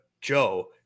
Joe